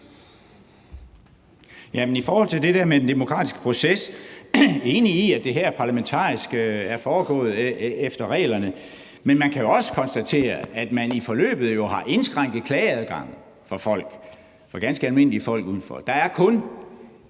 (EL): I forhold til det der med den demokratiske proces er jeg enig i, at det her parlamentarisk er foregået efter reglerne. Men man kan jo også konstatere, at man i forløbet har indskrænket klageadgangen for ganske almindelige folk udefra. Der er kun